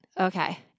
Okay